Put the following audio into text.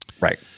Right